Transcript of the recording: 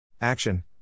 Action